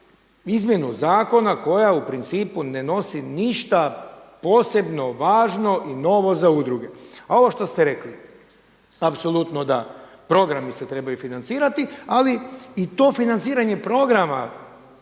izmjenu zakona koja u principu ne nosi ništa posebno važno i novo za udruge. A ovo što ste rekli, apsolutno da. Programi se trebaju financirati ali i to financiranje programa